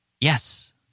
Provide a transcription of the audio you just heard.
yes